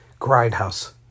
Grindhouse